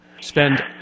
spend